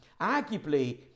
arguably